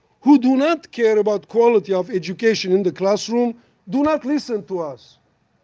who do not care about quality of education in the classroom do not listen to us.